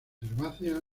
herbáceas